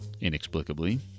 inexplicably